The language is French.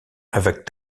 avec